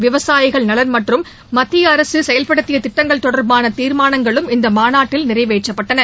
விவசாயிகள் நலன் மற்றும் மத்திய அரசு செயல்படுத்திய திட்டங்கள் தொடர்பான தீர்மானங்களும் இந்த மாநாட்டில் நிறைவேற்றப்பட்டன